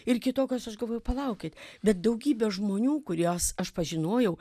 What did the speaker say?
ir kitokios aš galvoju palaukit bet daugybė žmonių kuriuos aš pažinojau